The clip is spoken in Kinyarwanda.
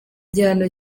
gihano